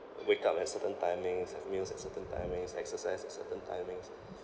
wake up at certain timings have meals at certain timings exercise at certain timings